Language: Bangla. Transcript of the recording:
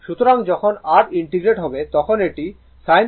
সুতরাং যখন এই r ইন্টিগ্রেট হবে তখন এটি sin ω t হয়ে যাবে